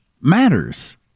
matters